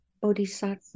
bodhisattva